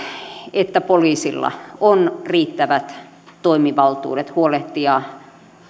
että poliisilla on riittävät toimivaltuudet huolehtia